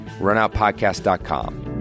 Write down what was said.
runoutpodcast.com